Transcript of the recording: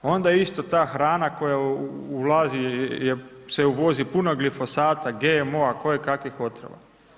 Onda isto ta hrana koja ulazi se uvozi, puno glifosata, GMO-a, kojekakvih otrova.